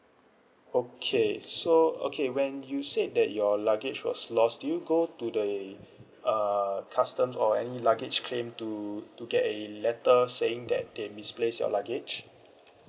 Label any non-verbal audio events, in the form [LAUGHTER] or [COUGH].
okay so okay when you said that your luggage was lost did you go to the [BREATH] uh customs or any luggage claim to to get a letter saying that they misplace your luggage